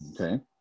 Okay